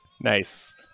Nice